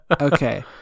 Okay